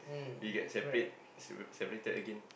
we get separate separated again